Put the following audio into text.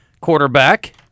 quarterback